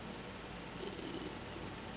mm